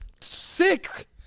sick